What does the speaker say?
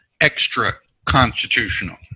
extra-constitutional